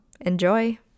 Enjoy